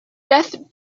death